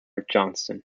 johnston